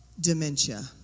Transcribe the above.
dementia